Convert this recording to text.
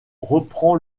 reprend